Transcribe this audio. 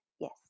Yes